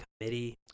committee